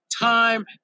Time